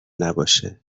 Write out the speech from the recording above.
نباشه